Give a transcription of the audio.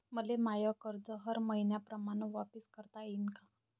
मले माय कर्ज हर मईन्याप्रमाणं वापिस करता येईन का?